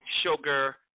sugar